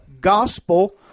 gospel